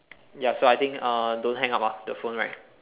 ya so I think uh don't hang up ah the phone right